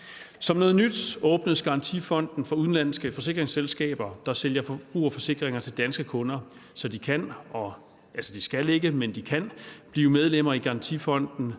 Som noget nyt åbnes garantifonden for udenlandske forsikringsselskaber, der sælger forbrugerforsikringer til danske kunder, så de kan – men de skal ikke – blive medlemmer i garantifonden,